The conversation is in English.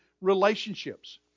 relationships